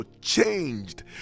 changed